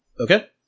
Okay